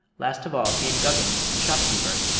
last of all came guggins, the shopkeeper,